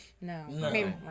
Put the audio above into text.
No